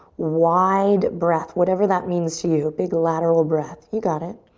wide breath, whatever that means to you, a big lateral breath. you got it.